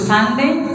Sunday